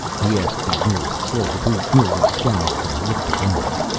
he asked the nearest slave who merely scowled and looked away.